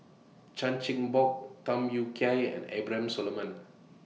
Chan Chin Bock Tham Yui Kai and Abraham Solomon